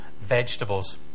vegetables